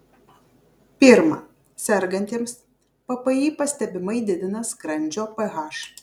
pirma sergantiems ppi pastebimai didina skrandžio ph